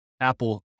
Apple